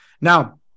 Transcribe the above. Now